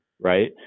Right